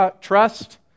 trust